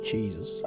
Jesus